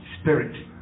Spirit